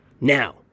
Now